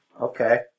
Okay